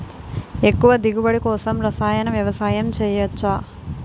ఎక్కువ దిగుబడి కోసం రసాయన వ్యవసాయం చేయచ్చ?